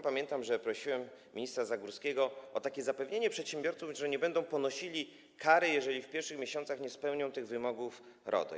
Pamiętam, że prosiłem ministra Zagórskiego o zapewnienie przedsiębiorców, że nie będą ponosili kary, jeżeli w pierwszych miesiącach nie spełnią tych wymogów RODO.